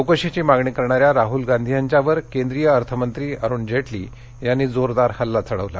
चौकशीची मागणी करणाऱ्या राहल गांधी यांच्यावर केंद्रीय अर्थमंत्री अरुण जेटली यांनी जोरदार हल्ला चढवला